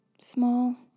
small